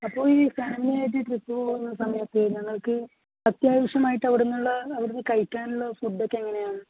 അപ്പോൾ ഈ ഫാമിലിയായിട്ട് ട്രിപ്പ് പോകുന്ന സമയത്ത് ഞങ്ങൾക്ക് അത്യാവശ്യമായിട്ട് അവിടുന്നുള്ള അവിടുന്ന് കഴിക്കാനുള്ള ഫുഡൊക്കെ എങ്ങനെയാണ്